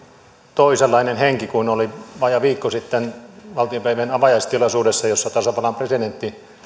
toisenlainen henki kuin oli vajaa viikko sitten valtiopäivien avajaistilaisuudessa jossa tasavallan presidentti